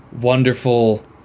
wonderful